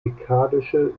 dekadische